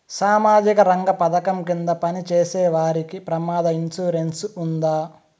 సామాజిక రంగ పథకం కింద పని చేసేవారికి ప్రమాద ఇన్సూరెన్సు ఉందా?